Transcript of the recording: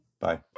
Bye